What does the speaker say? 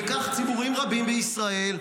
וכך ציבורים רבים בישראל,